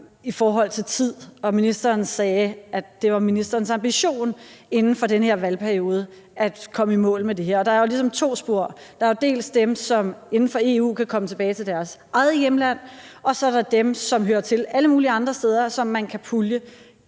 i forhold til tid, og ministeren sagde, at det var ministerens ambition inden for den her valgperiode at komme i mål med det her, og der er jo ligesom to spor. Der er dels dem, som inden for EU kan komme tilbage til deres eget hjemland, dels dem, som hører til alle mulige andre steder, og som man kan pulje,